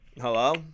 Hello